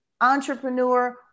entrepreneur